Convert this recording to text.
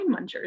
munchers